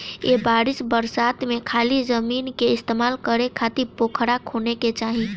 ए बरिस बरसात में खाली जमीन के इस्तेमाल करे खातिर पोखरा खोने के चाही